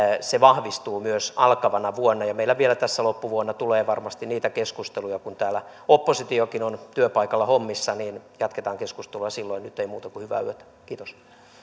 se vahvistuu myös alkavana vuonna meillä vielä tässä loppuvuonna tulee varmasti niitä keskusteluja kun täällä oppositiokin on työpaikalla hommissa joten jatketaan keskustelua silloin nyt ei muuta kuin hyvää yötä kiitos